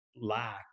lack